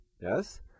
Yes